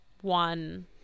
one